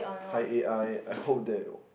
hi I eh I hope that